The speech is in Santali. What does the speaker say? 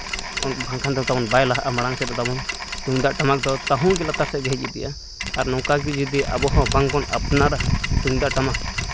ᱵᱟᱝᱠᱷᱟᱱ ᱫᱚ ᱛᱟᱵᱚᱱ ᱵᱟᱭ ᱞᱟᱦᱟᱜᱼᱟ ᱢᱟᱲᱟᱝ ᱥᱮᱫ ᱫᱚ ᱛᱟᱵᱚᱱ ᱛᱩᱢᱫᱟᱹᱜ ᱴᱟᱢᱟᱠ ᱫᱚ ᱛᱟᱹᱦᱩ ᱞᱟᱛᱟᱨ ᱥᱮᱫ ᱜᱮ ᱦᱮᱡ ᱤᱫᱤᱜᱼᱟ ᱟᱨ ᱱᱚᱝᱠᱟ ᱜᱮ ᱡᱩᱫᱤ ᱟᱵᱚ ᱦᱚᱸ ᱵᱟᱝ ᱵᱚᱱ ᱟᱯᱱᱟᱨᱟ ᱛᱩᱢᱫᱟᱹᱜ ᱴᱟᱢᱟᱠ